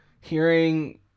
hearing